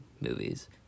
movies